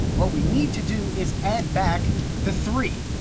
what we need to do is add back the three.